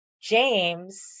James